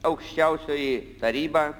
aukščiausioji taryba